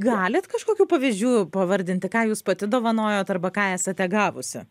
galit kažkokių pavyzdžių pavardinti ką jūs pati dovanojot arba ką esate gavusi